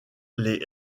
les